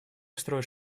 строить